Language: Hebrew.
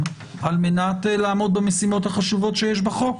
על מנת לעמוד במשימות החשובות שיש בחוק,